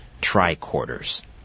tricorders